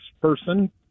person